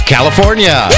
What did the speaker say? California